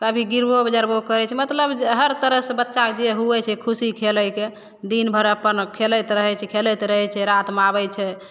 कभी गिरबो बजरबो करै छै मतलब हर तरहसे बच्चाके जे हुए छै खुशी खेलैके दिनभरि अपन खेलैत रहै छै खेलैत रहै छै रातिमे आबै छै